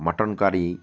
mutton curry